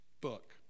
book